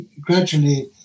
gradually